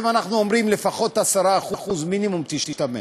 אנחנו אומרים: לפחות 10%, מינימום, תשתמש.